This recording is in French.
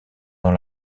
dans